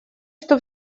что